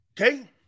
Okay